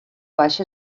baixa